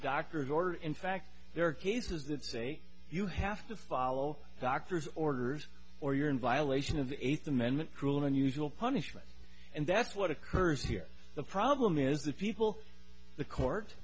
doctors order in fact there are cases that say you have to follow doctor's orders or you're in violation of the eighth amendment cruel and unusual punishment and that's what occurs here the problem is the people the court